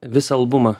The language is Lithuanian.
visą albumą